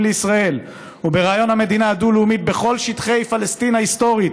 לישראל וברעיון המדינה הדו-לאומית בכל שטחי 'פלסטין ההיסטורית'"